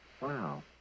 Wow